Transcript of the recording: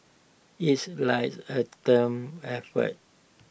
it's like A effort